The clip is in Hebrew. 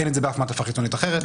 אין את זה באף מעטפה חיצונית אחרת.